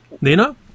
Nina